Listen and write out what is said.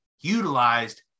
utilized